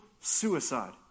suicide